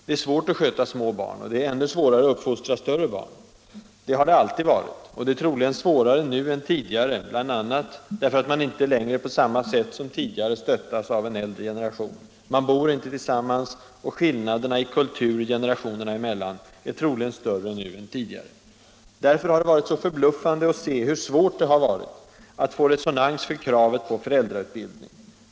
Det är svårt att sköta små barn. De: är ännu svårare att uppfostra större barn. Det har det alltid varit — och det är troligen svårare nu än tidigare, bl.a. därför att man inte längre på samma sätt som tidigare stöttas av en äldre generation. Man bor inte tillsammans, och skillnaderna i kultur generationerna emellan är troligen större nu än tidigare. Det är förbluffande att det har varit så svårt att få resonans för kravet på föräldrautbildning.